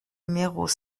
numéros